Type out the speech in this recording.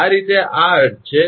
આ રીતે આ અર્થ છે